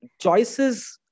choices